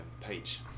page